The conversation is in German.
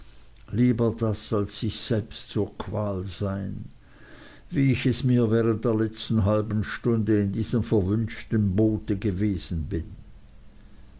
lieber das als sich selbst zur qual sein wie ich es mir während der letzten halben stunde in diesem verwünschten boote gewesen bin